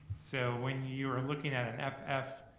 so when you're looking at an f f,